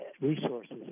resources